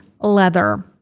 Leather